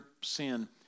sin